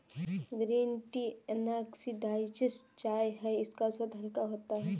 green tea unoxidised चाय है इसका स्वाद हल्का होता है